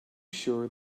sure